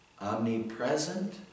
omnipresent